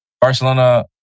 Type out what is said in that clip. Barcelona